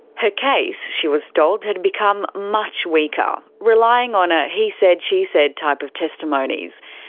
her case, she was told, had become much weaker, relying on ah he said she said type of testimonies.